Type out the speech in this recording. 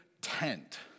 tent